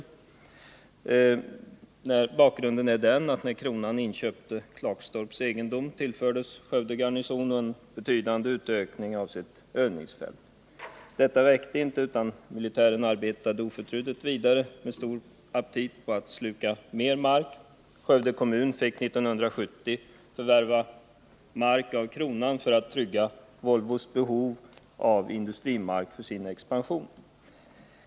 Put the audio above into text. Bakgrunden till motionen är den att Skövde garnison i samband med att kronan inköpte Klagstorps egendom tillfördes mark, som innebar att garnisonens övningsfält utökades betydligt. Detta räckte dock inte, utan militären arbetade med stor aptit oförtrutet vidare på att sluka mer mark. Skövde kommun fick 1970 förvärva mark av kronan för att trygga Volvos behov av industrimark för företagets expansion.